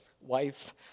wife